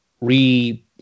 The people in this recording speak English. re